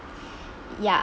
ya